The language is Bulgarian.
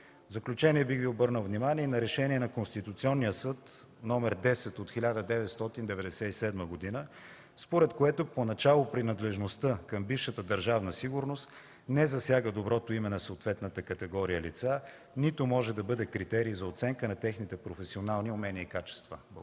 заключение бих Ви обърнал внимание на Решение на Конституционния съд № 10 от 1997 г., според което поначало принадлежността към бившата Държавна сигурност не засяга доброто име на съответната категория лица, нито може да бъде критерий за оценка на техните професионални умения и качества.